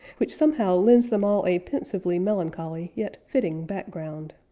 which somehow lends them all a pensively melancholy yet fitting background.